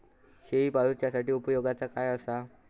शेळीपाळूसाठी उपयोगाचा काय असा?